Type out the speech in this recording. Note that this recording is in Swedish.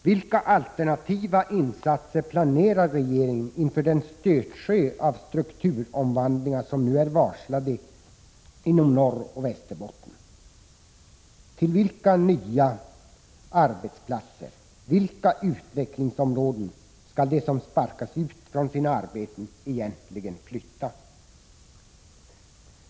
Vilka alternativa insatser planerar regeringen inför en störtsjö av strukturomvandlingar som nu är varslade inom Norrbotten och Västerbotten? Till vilka nya arbetsplatser och vilka utvecklingsområden skall de som sparkas ut från sina arbeten egentligen flytta?